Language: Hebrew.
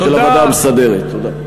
תודה.